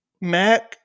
MAC